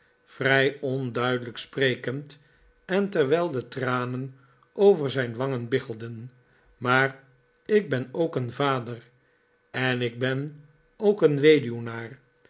vrij onduidelijk sprekend en terwijl de tranen over zijn wangen biggelden maar ik ben ook een vader ik ben ook een